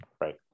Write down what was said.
Right